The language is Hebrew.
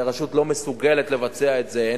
והרשות לא מסוגלת לבצע את זה,